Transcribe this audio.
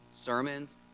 sermons